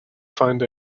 find